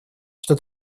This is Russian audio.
что